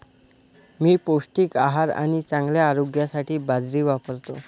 मी पौष्टिक आहार आणि चांगल्या आरोग्यासाठी बाजरी वापरतो